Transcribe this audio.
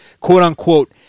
quote-unquote